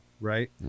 right